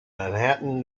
manhattan